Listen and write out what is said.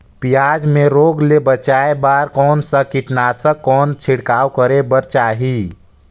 पियाज मे रोग ले बचाय बार कौन सा कीटनाशक कौन छिड़काव करे बर चाही?